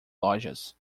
lojas